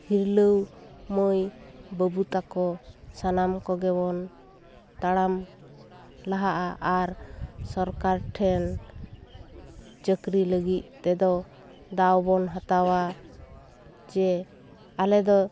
ᱦᱤᱨᱞᱟᱹᱣ ᱢᱟᱹᱭ ᱵᱟᱹᱵᱩ ᱛᱟᱠᱚ ᱥᱟᱱᱟᱢ ᱠᱚᱜᱮᱵᱚᱱ ᱛᱟᱲᱟᱢ ᱞᱟᱦᱟᱜᱼᱟ ᱟᱨ ᱥᱚᱨᱠᱟᱨ ᱴᱷᱮᱱ ᱪᱟᱹᱠᱨᱤ ᱞᱟᱹᱜᱤᱫ ᱛᱮᱫᱚ ᱫᱟᱣᱵᱚᱱ ᱦᱟᱛᱟᱣᱟ ᱡᱮ ᱟᱞᱮᱫᱚ